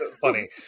funny